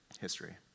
history